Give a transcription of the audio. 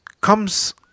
comes